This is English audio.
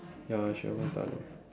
ya she almost done eh